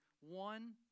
one